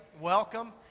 Welcome